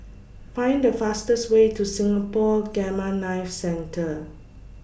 Find The fastest Way to Singapore Gamma Knife Centre